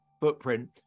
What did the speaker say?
footprint